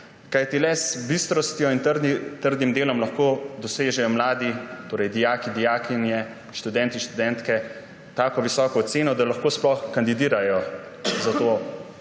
Kajti le z bistrostjo in trdim delom lahko dosežejo mladi, torej dijaki, dijakinje, študentje in študentke, tako visoko oceno, da lahko sploh kandidirajo za to